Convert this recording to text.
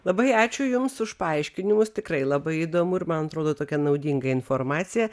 labai ačiū jums už paaiškinimus tikrai labai įdomu ir man atrodo tokia naudinga informacija